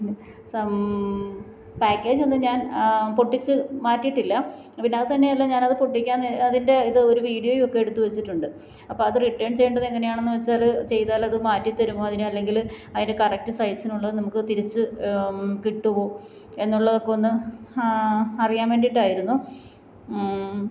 package ഒന്നും ഞാൻ പൊട്ടിച്ച് മാറ്റിയിട്ടില്ല പിന്നെ അതുതന്നെയുമല്ല ഞാൻ അത് പൊട്ടിക്കാൻ നേരം അതിൻ്റെ ഇത് ഒരു വിഡിയോയും ഒക്കെ എടുത്തു വച്ചിട്ടുണ്ട് അപ്പോള് അത് റിട്ടേൺ ചെയ്യേണ്ടത് എങ്ങനെയാണെന്ന് വച്ചാല് ചെയ്താൽ അത് മാറ്റിത്തരുമോ അതിനെ അല്ലെങ്കില് അതിൻ്റെ കറക്റ്റ് സൈസിനുള്ളത് നമുക്ക് തിരിച്ച് കിട്ടുമോ എന്നുള്ളതൊക്കെ ഒന്ന് അറിയാൻ വേണ്ടിയിട്ടായിരുന്നു